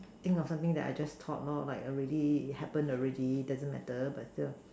think of something I just thought lah like already happen already doesn't matter but